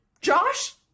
Josh